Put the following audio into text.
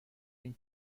این